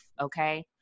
okay